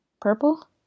Purple